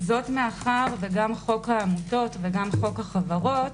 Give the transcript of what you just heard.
זאת מאחר שגם חוק העמותות וגם חוק החברות